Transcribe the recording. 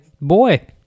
boy